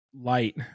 light